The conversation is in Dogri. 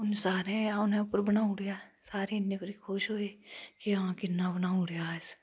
उ'नें सारें दे औनै उप्पर बनाई ओड़ेआ सारे इन्ने खुश होए कि हां किन्ना बनाई ओड़ेआ उस